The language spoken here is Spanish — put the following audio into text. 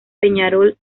peñarol